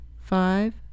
five